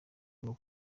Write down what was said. rwo